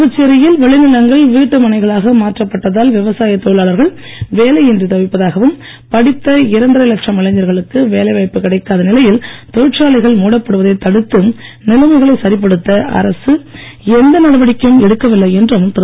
புதுச்சேரியில் விளைநிலங்கள் வீட்டு மனைகளாக மாற்றப்பட்டதால் விவசாயத் தொழிலாளர்கள் வேலை இன்றி தவிப்பதாகவும் படித்த இரண்டரை லட்சம் இளைஞர்களுக்கு வேலைவாய்ப்பு கிடைக்காத நிலையில் தொழிற்சாலைகள் மூடப்படுவதை தடுத்து நிலைமைகளை சரிப்படுத்த அரசு எந்த நடவடிக்கையும் எடுக்கவில்லை என்றும் திரு